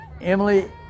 Emily